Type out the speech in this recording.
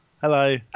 Hello